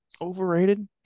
Overrated